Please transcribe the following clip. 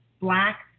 black